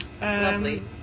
lovely